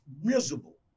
miserable